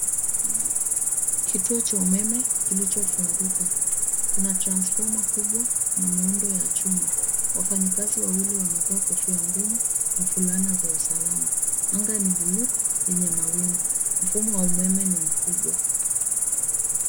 Kituo cha umeme kilio funguka kuna [transfoma] kubwa na miundo ya chuma wafanyikazi wawili wamevaa kofia ngumu na fulana za usalama anga ni [blue] yenye mawingu mfumo wa umeme ni mkubwa